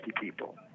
people